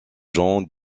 gens